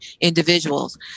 individuals